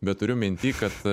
bet turiu minty kad